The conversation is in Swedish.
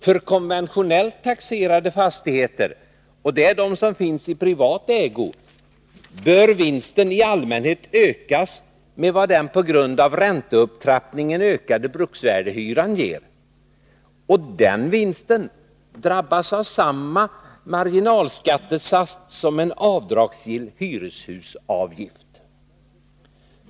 För konventionellt taxerade fastigheter— och det är de som finns i privat ägo— bör vinsten i allmänhet ökas med vad den på grund av ränteupptrappningen ökade bruksvärdeshyran ger, och den vinsten drabbas av samma marginalskattesats som en avdragsgill hyreshusavgift.